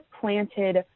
planted